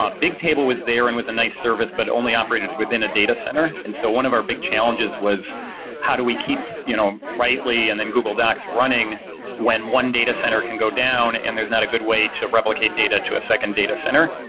bigtable was there and with a nice service, but only operated within a data center. and so one of our big challenges was how do we keep you know writely and then google docs running when one data center can go down and not a good way to replicate data to a second data center,